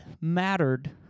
mattered